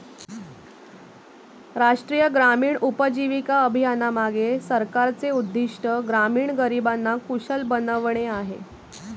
राष्ट्रीय ग्रामीण उपजीविका अभियानामागे सरकारचे उद्दिष्ट ग्रामीण गरिबांना कुशल बनवणे आहे